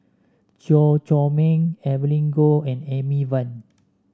Chew Chor Meng Evelyn Goh and Amy Van